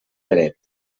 dret